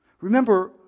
Remember